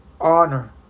honor